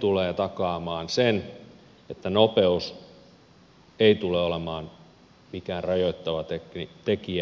tulee takaamaan sen että nopeus ei tule olemaan mikään rajoittava tekijä myöhemmässä vaiheessa